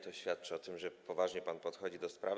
To świadczy o tym, że poważnie pan podchodzi do sprawy.